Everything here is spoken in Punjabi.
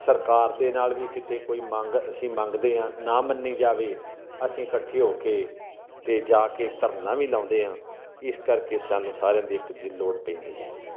ਸਰਕਾਰ ਦੇ ਨਾਲ ਵੀ ਕਿਤੇ ਕੋਈ ਮੰਗ ਅਸੀਂ ਮੰਗਦੇ ਹਾਂ ਨਾ ਮੰਨੀ ਜਾਵੇ ਅਸੀਂ ਇਕੱਠੇ ਹੋ ਕੇ ਅਤੇ ਜਾ ਕੇ ਧਰਨਾ ਵੀ ਲਗਾਉਂਦੇ ਹਾਂ ਇਸ ਕਰਕੇ ਸਾਨੂੰ ਸਾਰਿਆਂ ਦੀ ਇੱਕ ਦੂਜੇ ਦੀ ਲੋੜ ਪੈਂਦੀ ਹੈ